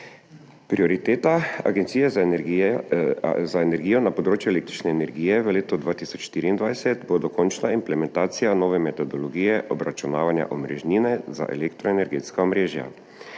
Prioriteta Agencije za energijo na področju električne energije v letu 2024 bo dokončna implementacija nove metodologije obračunavanja omrežnine za elektroenergetska omrežja,